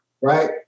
right